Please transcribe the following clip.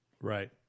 right